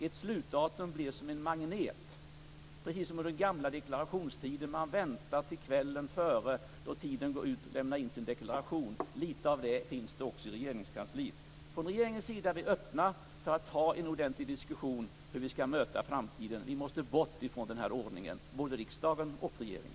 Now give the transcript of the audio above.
Ett slutdatum blir som en magnet, precis som under den gamla deklarationstiden då man väntade till kvällen före att lämna in sin deklaration. Litet av det finns i Regeringskansliet. Från regeringens sida är vi öppna för en ordentlig diskussion om hur vi skall möta framtiden. Vi måste komma bort från denna ordning, både riksdag och regering.